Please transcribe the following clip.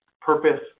purpose